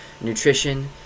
nutrition